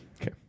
Okay